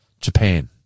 Japan